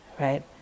right